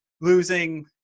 losing